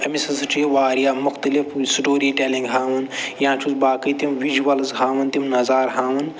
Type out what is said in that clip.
أمِس ہَسا چھِ یہِ وارِیاہ مختلف سِٹوری ٹٮ۪لنٛگ ہاوان یا چھُس باقٕے تِم وِجوَلٕز ہاوان تِم نظارٕ ہاوان